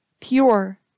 pure